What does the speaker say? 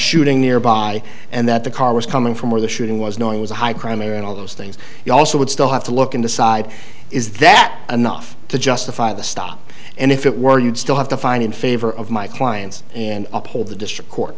shooting nearby and that the car was coming from where the shooting was knowing was a high crime in all those things you also would still have to look in the side is that enough to justify the stop and if it were you'd still have to find in favor of my clients and uphold the district court